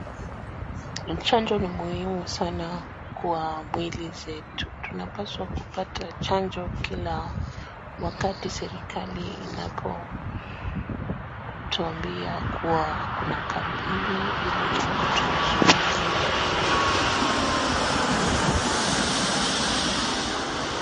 Chanjo ni muhimu sana kwa mwili zetu. Tunapaswa kupata chanjo kila wakati serikali inapotuambia kuwa kuna kampeni ili kutuzuilia magonjwa mengi yanayojulikana na yenye madhara.